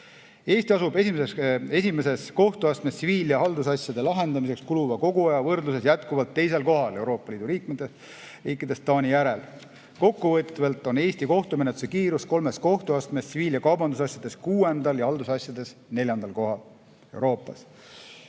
Eesti esimeses kohtuastmes tsiviil‑ ja haldusasjade lahendamiseks kuluva koguaja võrdluses jätkuvalt teisel kohal, Taani järel. Kokkuvõtvalt on Eesti kohtumenetluse kiirus kolmes kohtuastmes tsiviil‑ ja kaubandusasjades kuuendal ja haldusasjades neljandal kohal Euroopas.